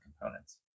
components